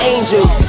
Angels